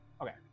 Okay